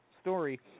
story